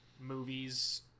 movies